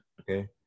Okay